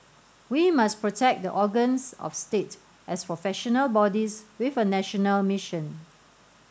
we must protect the organs of state as professional bodies with a national mission